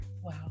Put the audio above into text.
Wow